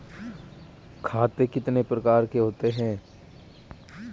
खाते कितने प्रकार के होते हैं?